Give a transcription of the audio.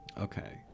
Okay